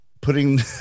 putting